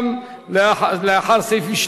גם לאחר סעיף 2,